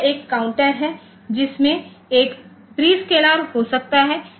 तो यह एक काउंटर है जिसमें एक प्रिस्कलर हो सकता है